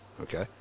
Okay